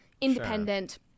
independent